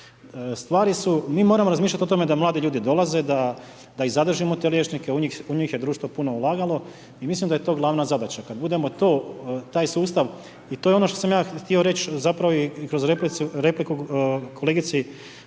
Stvari su, mi moramo razmišljati o tome, da mladi ljudi dolaze, da zadržimo te liječnike, u njih je društvo puno ulagalo i mislim da je to glavna zadaća. Kada budemo taj sustav i to je ono što sam ja htio reći, zapravo i kroz repliku kolegici